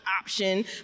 option